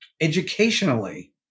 Educationally